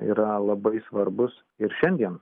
yra labai svarbūs ir šiandien